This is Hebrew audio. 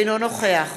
אינו נוכח